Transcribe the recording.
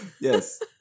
Yes